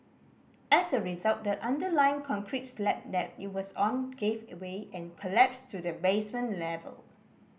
as a result the underlying concrete slab that it was on gave away and collapsed to the basement level